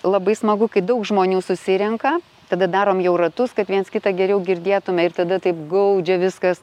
labai smagu kai daug žmonių susirenka tada darom jau ratus kad viens kitą geriau girdėtume ir tada taip gaudžia viskas